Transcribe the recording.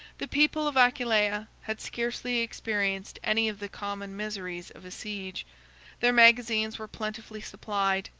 the people of aquileia had scarcely experienced any of the common miseries of a siege their magazines were plentifully supplied,